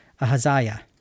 Ahaziah